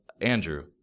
Andrew